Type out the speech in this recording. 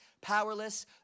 powerless